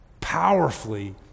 powerfully